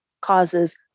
causes